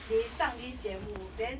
they 上 this 节目 then